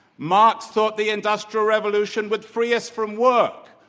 marx thought the industrial revolution would free us from work,